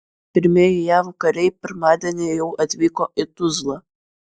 pirmieji jav kariai pirmadienį jau atvyko į tuzlą